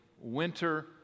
winter